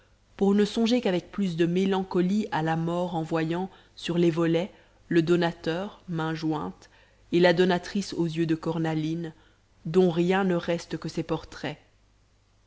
pour ne songer qu'avec plus de mélancolie à la mort en voyant sur les volets le donateur mains jointes et la donatrice aux yeux de cornalines dont rien ne reste que ces portraits